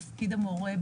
תפקיד המורה,